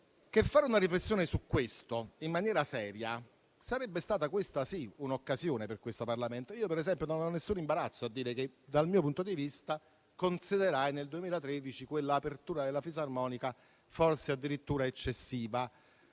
fare una riflessione su questo in maniera seria sarebbe stato - questa sì - un'occasione per questo Parlamento. Io, per esempio, non ho alcun imbarazzo a dire che, dal mio punto di vista, considerai nel 2013 quell'apertura della fisarmonica forse addirittura eccessiva,